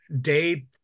day